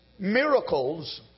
Miracles